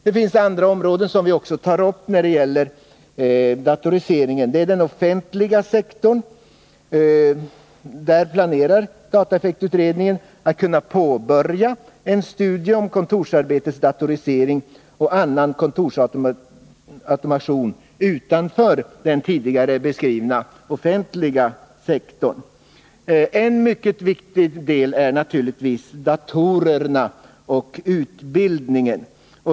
Det finns andra områden som vi också tar upp när det gäller datoriseringen. För exempelvis den offentliga sektorn planerar dataeffektutredningen att påbörja en studie om kontorsarbetets datorisering och annan kontorsautomation utanför den tidigare beskrivna studien avseende den offentliga sektorn. En mycket viktig del är naturligtvis datorerna och utbildningen.